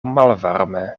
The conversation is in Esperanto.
malvarme